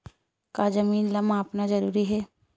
का जमीन ला मापना जरूरी हे?